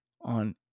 on